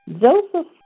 Joseph